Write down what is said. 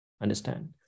understand